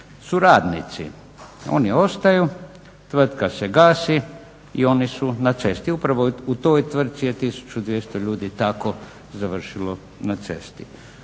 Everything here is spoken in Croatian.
su radnici. Oni ostaju. Tvrtka se gasi i oni su na cesti. Upravo u toj tvrtci je 1200 ljudi tako završilo na cesti.